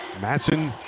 Matson